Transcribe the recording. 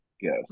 Yes